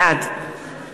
בעד